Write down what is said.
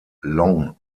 long